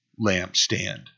lampstand